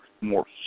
more